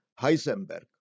Heisenberg